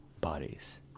bodies